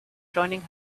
joining